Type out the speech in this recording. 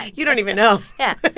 you don't even know yeah.